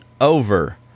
over